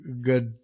good